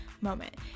moment